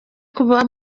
kuba